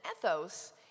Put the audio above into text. ethos